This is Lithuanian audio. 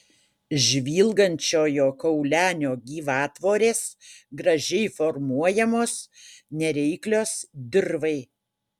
žvilgančiojo kaulenio gyvatvorės gražiai formuojamos nereiklios dirvai